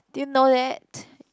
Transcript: do you know that